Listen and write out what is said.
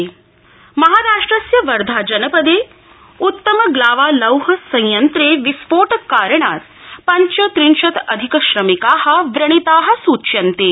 आक्रमणम महाराष्ट्रस्य वर्धा जनपाे उत्तम ग्लावा लौह संयंत्रे विस्फोट कारणात पंच त्रिंशत अधिक श्रमिका व्रणिता सूच्यन्ते